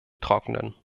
trockenen